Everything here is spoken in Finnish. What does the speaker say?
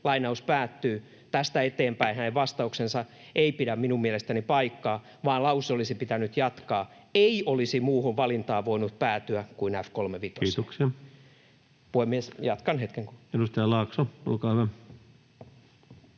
tiedän...” Tästä eteenpäin hänen vastauksensa ei pidä minun mielestäni paikkaansa, vaan lausetta olisi pitänyt jatkaa: ”ei olisi muuhun valintaa voinut päätyä kuin F-35:een.” [Puhemies: Kiitoksia!] Puhemies! Jatkan hetken kuluttua. Edustaja Laakso, olkaa hyvä.